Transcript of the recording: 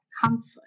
comfort